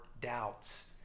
doubts